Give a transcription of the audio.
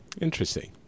Interesting